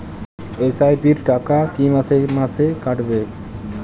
SIP র টাকা কী মাসে মাসে কাটবে?